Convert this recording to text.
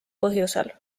põhjusel